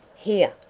here,